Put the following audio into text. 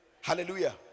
hallelujah